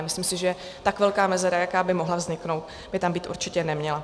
Myslím si, že tak velká mezera, jaká by mohla vzniknout, by tam určitě být neměla.